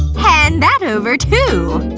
hand that over, too.